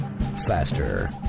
Faster